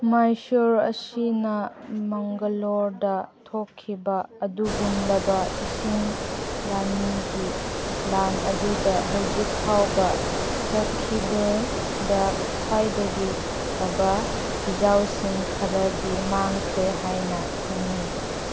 ꯃꯦꯁꯨꯔ ꯑꯁꯤꯅ ꯃꯪꯒꯂꯣꯔꯗ ꯊꯣꯛꯈꯤꯕ ꯑꯗꯨꯒꯨꯝꯂꯕ ꯏꯁꯤꯡ ꯂꯥꯟꯃꯤꯒꯤ ꯂꯥꯟ ꯑꯗꯨꯗ ꯍꯧꯖꯤꯛ ꯐꯥꯎꯕ ꯁꯥꯈꯤꯕꯗ ꯈ꯭ꯋꯥꯏꯗꯒꯤ ꯐꯕ ꯍꯤꯖꯥꯎꯁꯤꯡ ꯈꯔꯗꯤ ꯃꯥꯡꯈ꯭ꯔꯦ ꯍꯥꯏꯅ ꯈꯪꯅꯩ